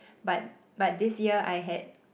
but but this year I had